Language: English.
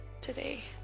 today